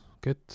good